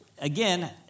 again